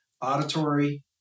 Auditory